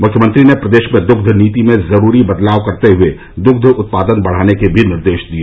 मुख्यमंत्री ने प्रदेश में दुग्ध नीति में जरूरी बदलाव करते हुए दुग्ध उत्पादन बढ़ाने के भी निर्देश दिए